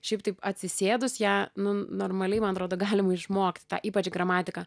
šiaip taip atsisėdus ją nu normaliai man atrodo galima išmokti tą ypač gramatiką